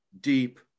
deep